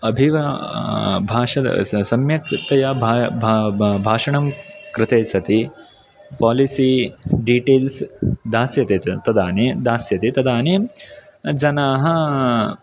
अभिव् भाष स् सम्यक्तया भ ब ब भाषणं कृते सति पालिसि डिटेल्स् दास्यते च तदानीं दास्यते तदानीं जनाः